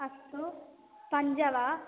अस्तु पञ्च वा